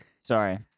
Sorry